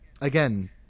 again